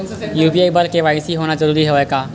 UPI बर KYC होना जरूरी हवय का?